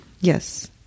Yes